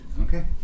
Okay